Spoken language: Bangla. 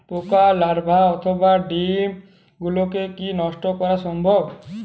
পোকার লার্ভা অথবা ডিম গুলিকে কী নষ্ট করা সম্ভব?